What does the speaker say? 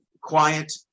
quiet